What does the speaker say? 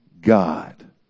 God